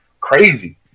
crazy